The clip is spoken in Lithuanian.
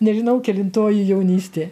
nežinau kelintoji jaunystė